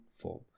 form